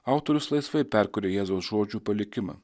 autorius laisvai perkuria jėzaus žodžių palikimą